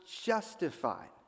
justified